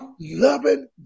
Loving